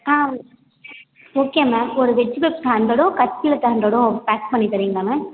ஆ okay ma'am ஒரு veg puffs ஹண்ட்ரடும் cutlet ஹண்ட்ரட்டும் பேக் பண்ணி தரீங்களா மேம்